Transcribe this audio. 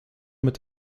mit